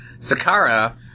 Sakara